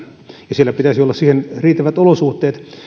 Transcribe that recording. ja siellä pitäisi olla siihen riittävät olosuhteet